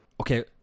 Okay